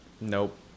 Nope